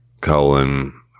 colon